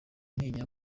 ntinya